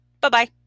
Bye-bye